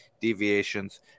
deviations